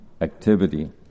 activity